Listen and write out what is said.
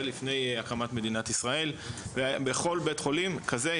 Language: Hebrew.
לפני הקמת מדינת ישראל ובכל בית חולים כזה,